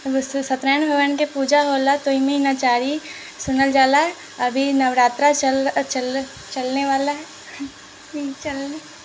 सत्यनारायण भगवानके पूजा होलऽ तऽ ओहिमे ई नचारी सुनल जाला अभी नवरात्रा चल चलनेवला हइ चलना